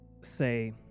say